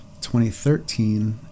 2013